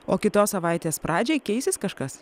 o kitos savaitės pradžiai keisis kažkas